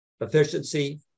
efficiency